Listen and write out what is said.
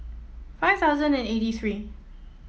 five thousand and eighty three